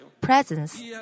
presence